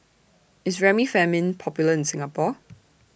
IS Remifemin Popular in Singapore